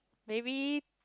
maybe